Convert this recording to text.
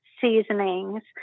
seasonings